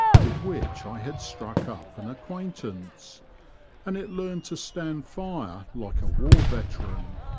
with which i had struck up an acquaintance and it learned to stand fire like a war veteran.